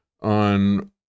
on